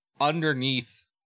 underneath